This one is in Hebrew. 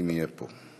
אם יהיה פה.